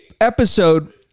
episode